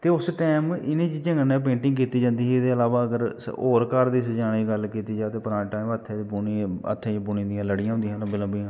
ते उस टैम इ'नें चीजें कन्नै पेंटिंग कित्ती जंदी ही ते इ'दे इलावा होर घरा गी सजाने दी गल्ल किती जा ते बड़ा टैम हत्थै कन्नै बुनी दियां हत्थें कन्नै बुनी दियां लड़ियां होंदियां हियां लम्मियां जान